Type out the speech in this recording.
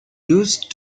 used